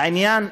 העניין,